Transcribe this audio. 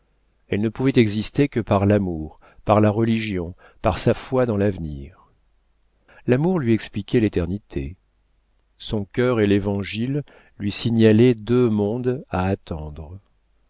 elle ne pouvait exister que par l'amour par la religion par sa foi dans l'avenir l'amour lui expliquait l'éternité son cœur et l'évangile lui signalaient deux mondes à attendre